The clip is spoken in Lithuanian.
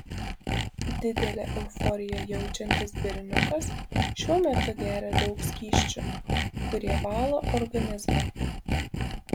didelę euforiją jaučiantis berniukas šiuo metu geria daug skysčių kurie valo organizmą